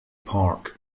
park